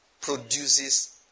produces